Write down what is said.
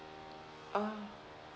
oh